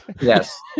yes